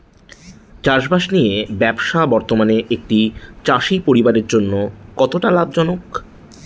চাষবাষ নিয়ে ব্যবসা বর্তমানে একটি চাষী পরিবারের জন্য কতটা লাভজনক?